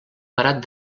parat